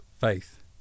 faith